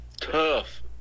Tough